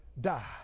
die